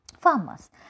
farmers